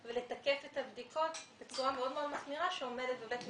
ולתקף את הבדיקות בצורה מאוד מחמירה שעומדת בבית משפט.